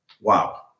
Wow